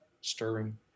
stirring